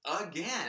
again